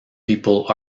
people